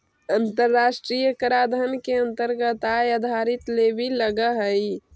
अन्तराष्ट्रिय कराधान के अन्तरगत आय आधारित लेवी लगअ हई